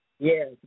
Yes